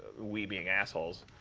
we being assholes